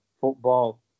football